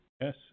Yes